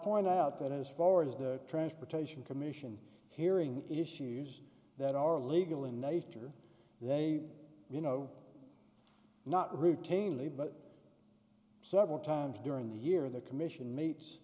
point out that is forward is the transportation commission hearing issues that are legal in nature they you know not retain the but several times during the year the commission meets